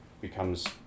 becomes